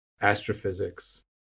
astrophysics